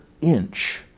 inch